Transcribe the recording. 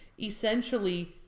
essentially